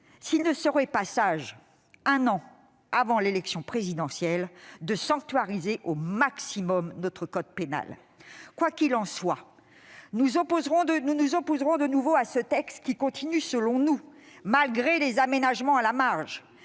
s'il ne serait pas sage, un an avant l'élection présidentielle, de sanctuariser au maximum notre code pénal. Quoi qu'il en soit, nous nous opposerons de nouveau à ce texte, qui continue, selon nous, malgré des aménagements à la marge,